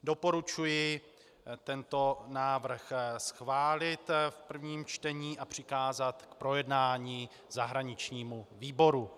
Doporučuji tento návrh schválit v prvním čtení a přikázat k projednání zahraničnímu výboru.